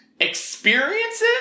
experiences